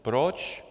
Proč?